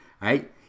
right